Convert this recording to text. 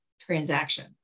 transaction